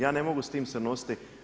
Ja ne mogu s tim se nositi.